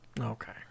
Okay